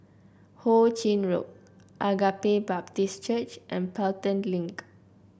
Ho Ching Road Agape Baptist Church and Pelton Link